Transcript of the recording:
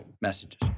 messages